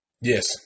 Yes